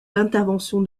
l’intervention